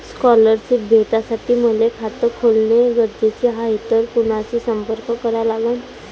Scholarship भेटासाठी मले खात खोलने गरजेचे हाय तर कुणाशी संपर्क करा लागन?